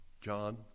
John